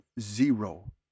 zero